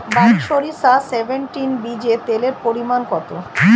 বারি সরিষা সেভেনটিন বীজে তেলের পরিমাণ কত?